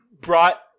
Brought